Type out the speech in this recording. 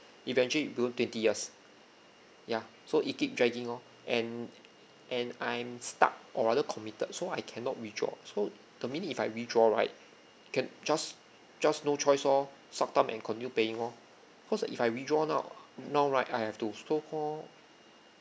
eventually below twenty years ya so it keep dragging lor and and I'm stuck or rather committed so I cannot withdraw so the minute if I withdraw right can just just no choice lor suck thumb and continue paying lor cause I if I withdraw now now right I have to so call